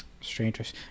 strangers